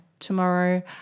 tomorrow